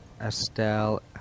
Estelle